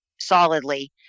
solidly